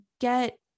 get